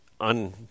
un